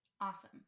Awesome